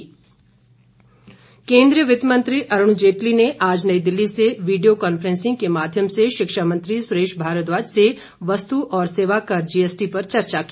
सुरेश भारद्वाज केन्द्रीय वित्तमंत्री अरूण जेटली ने आज नई दिल्ली से वीडियो कांफ्रेंसिंग के माध्यम से शिक्षामंत्री सुरेश भारद्वाज से वस्तू और सेवाकर जीएसटी पर चर्चा की